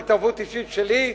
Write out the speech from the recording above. בהתערבות אישית שלי,